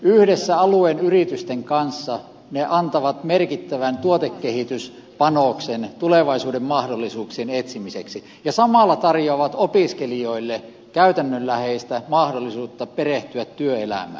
yhdessä alueen yritysten kanssa ne antavat merkittävän tuotekehityspanoksen tulevaisuuden mahdollisuuksien etsimiseksi ja samalla tarjoavat opiskelijoille käytännönläheistä mahdollisuutta perehtyä työelämään